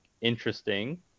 interesting